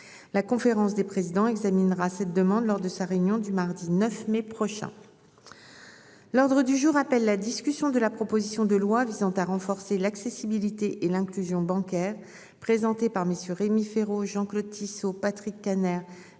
La conférence des présidents examinera cette demande lors de sa réunion du mardi 9 mai prochain. L'ordre du jour appelle la discussion de la proposition de loi visant à renforcer l'accessibilité et l'inclusion bancaire présenté par messieurs Rémi Féraud Jean-Claude Tissot Patrick Kanner Rémi Cardon Mesdames